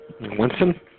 Winston